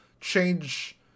change